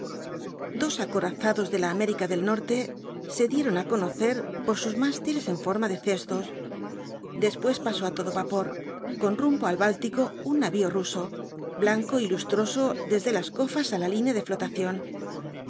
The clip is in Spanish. dos acorazados de la américa del norte se dieron á conocer por sus mástiles en forma de cestos después pasó á todo vapor con rumbo al báltico un navio ruso blanco y lustroso desde las cofas á la línea de flotación